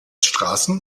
straßen